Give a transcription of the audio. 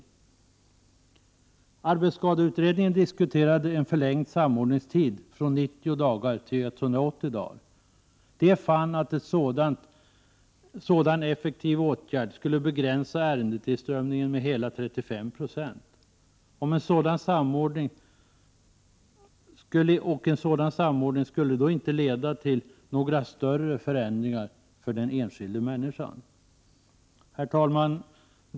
I arbetsskadeutredningen diskuterade man en förlängd samordningstid från 90 dagar till 180 dagar. Man fann att en sådan effektiv åtgärd skulle begränsa ärendetillströmningen med hela 35 96. En sådan samordning skulle inte leda till några större förändringar för den enskilda människan. Herr talman!